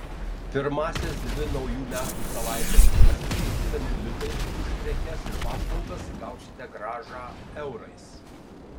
pirmąsias dvi naujų metų savaites atsiskaitydami litais už prekes ir paslaugas gausite grąžą eurais